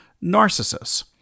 Narcissus